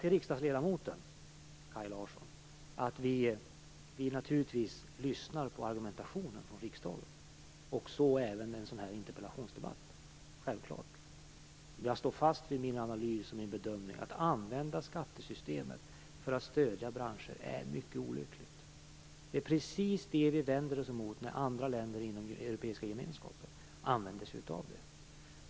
Till riksdagsledamoten Kaj Larsson vill jag säga att vi naturligtvis lyssnar på argumentationen från riksdagen, även i en sådan här interpellationsdebatt. Det är självklart. Men jag står fast vid min analys och min bedömning. Att använda skattesystemet för att stödja branscher är mycket olyckligt. Vi vänder oss emot när andra länder inom den europeiska gemenskapen använder sig av det.